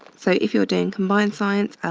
so if you're doing combined science,